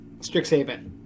Strixhaven